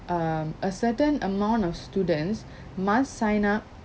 um a certain amount of students must sign up